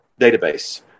database